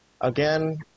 again